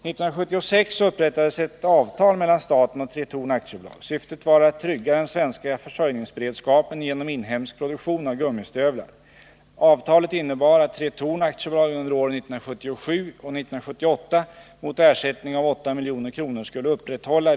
Nr 54 ersättning av 8 milj.kr. skulle upprätthålla viss produktion och produktions Om den framtida kapacitet.